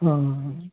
हां हां हां हां